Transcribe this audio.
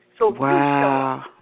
Wow